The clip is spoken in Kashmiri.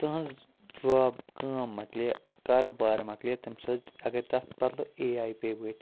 تِہِنٛز جاب کٲم مۄکلے کاروبار مۄکلے تٔمۍ سۭتۍ اگر تَتھ بَدلہ اے آے پے وٲتھ